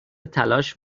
تلاش